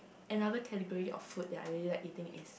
another category of food that I really like eating is